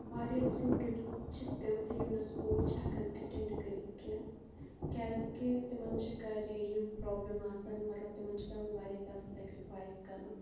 واریاہ سٹوڈنٹ چھِ تِم تہِ یم نہٕ سُکول چھِ ہیٚکان اَٹیٚنڈ کٔرِتھ کینٛہہ کیازکہ تمن چھِ گَریلوٗ پرابلم آسان مَطلَب تمن چھ پیٚوان واریاہ زیادٕ سیٚکرِفایس کَرُن